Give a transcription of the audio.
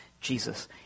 Jesus